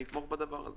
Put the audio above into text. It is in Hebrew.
נתמוך בדבר הזה.